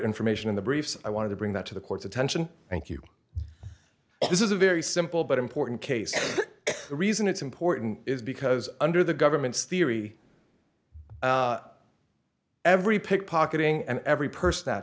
information in the briefs i wanted to bring that to the court's attention thank you this is a very simple but important case the reason it's important is because under the government's theory every pickpocketing and every person that